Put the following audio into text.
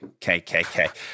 KKK